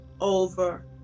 over